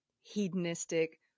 hedonistic